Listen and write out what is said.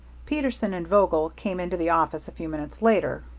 peterson and vogel came into the office a few minutes later.